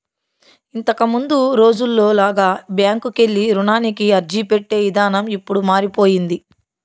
ఇంతకముందు రోజుల్లో లాగా బ్యాంకుకెళ్ళి రుణానికి అర్జీపెట్టే ఇదానం ఇప్పుడు మారిపొయ్యింది